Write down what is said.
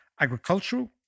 agricultural